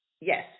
yes